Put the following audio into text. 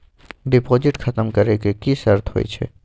Deposit खतम करे के की सर्त होय छै?